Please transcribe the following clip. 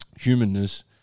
humanness